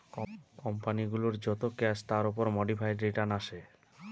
company গুলোর যত cash তার উপর মোডিফাইড রিটার্ন আসে